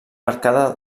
arcada